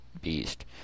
beast